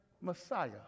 Messiah